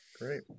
great